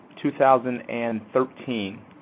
2013